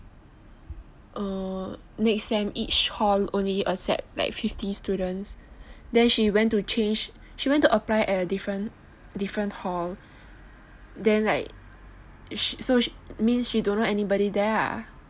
err next sem each hall only accept fifty students then she went to change she went to apply at a different hall then like so she don't know anybody there ah